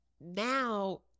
now